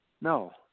No